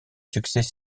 succès